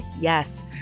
yes